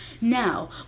Now